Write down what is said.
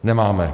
Nemáme.